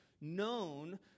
Known